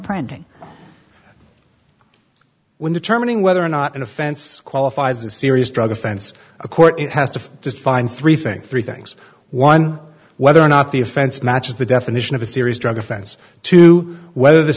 printing when determining whether or not an offense qualifies a serious drug offense a court has to define three think three things one whether or not the offense matches the definition of a serious drug offense to whether the